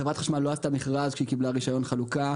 חברת חשמל לא עשתה מכרז כשהיא קיבלה רישיון חלוקה,